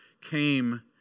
came